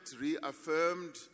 reaffirmed